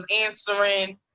answering